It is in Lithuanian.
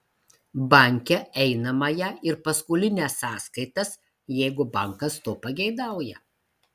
banke einamąją ir paskolinę sąskaitas jeigu bankas to pageidauja